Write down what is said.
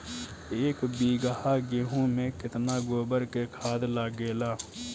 एक बीगहा गेहूं में केतना गोबर के खाद लागेला?